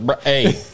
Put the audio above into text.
hey